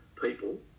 people